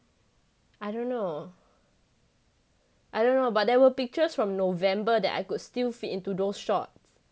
I don't know I don't know but there were pictures from november that I could still fit into those shorts